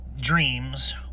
dreams